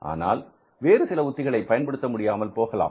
ஆனால் வேறு சில உத்திகளை பயன்படுத்த முடியாமல் போகலாம்